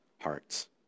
hearts